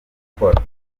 gukora